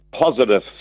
positive